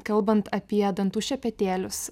kalbant apie dantų šepetėlius